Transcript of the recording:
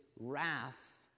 wrath